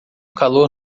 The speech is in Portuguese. calor